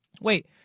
Wait